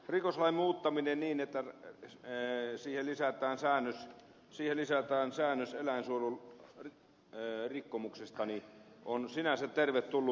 rikoslain muuttaminen niin että ne löysi lisää kansan kieli siihen lisätään säännös eläinsuojelurikkomuksesta on sinänsä tervetullut